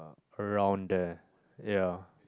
around there ya